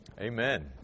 amen